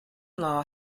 law